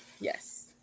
yes